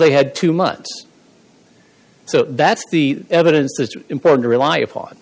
they had too much so that's the evidence that's important to rely upon